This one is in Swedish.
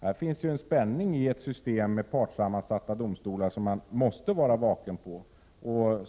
Det finns en spänning i ett system med partssammansatta domstolar som man måste vara vaken över.